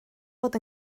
fod